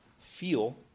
feel